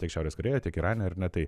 tiek šiaurės korėjoj tiek irane ar ne tai